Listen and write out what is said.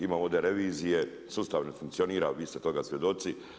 Ima ovdje revizije, sustav ne funkcionira, vi ste toga svjedoci.